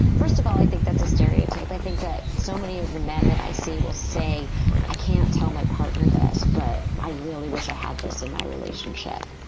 first of all, i think that's a stereotype. i think that so many of the men that i see will say i can't tell my partner that, but i really wish i had this in my relationship.